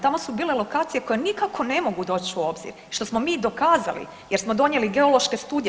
Tamo su bile lokacije koje nikako ne mogu doći u obzir što smo mi dokazali jer smo donijeli geološke studije.